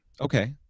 okay